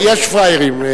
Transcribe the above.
יש פראיירים.